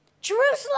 Jerusalem